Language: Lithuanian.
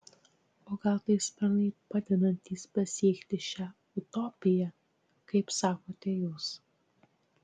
o gal tai sparnai padedantys pasiekti šią utopiją kaip sakote jūs